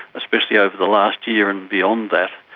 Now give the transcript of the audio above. especially over the last year and beyond that,